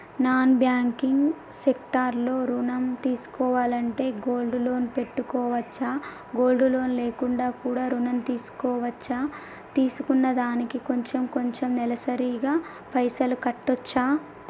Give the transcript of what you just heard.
Non banking sector లో ఋణం తీసుకోవాలంటే గోల్డ్ లోన్ పెట్టుకోవచ్చా? గోల్డ్ లోన్ లేకుండా కూడా ఋణం తీసుకోవచ్చా? తీసుకున్న దానికి కొంచెం కొంచెం నెలసరి గా పైసలు కట్టొచ్చా?